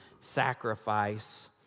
sacrifice